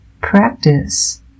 practice